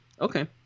okay